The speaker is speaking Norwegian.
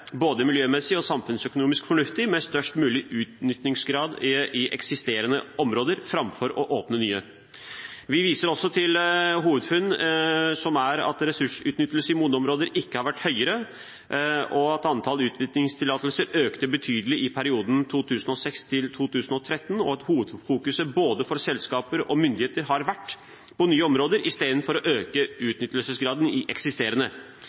både miljømessig og samfunnsøkonomisk fornuftig med størst mulig utvinningsgrad i eksisterende områder framfor å åpne nye. Vi viser videre til at en hovedgrunn til at ressursutnyttelsen i modne områder ikke har vært høyere, er at antall nye utvinningstillatelser økte betydelig i perioden 2006–2013, og at hovedfokus for både selskaper og myndigheter har vært på nye områder i stedet for å øke utnyttelsesgraden i eksisterende.